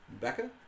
Becca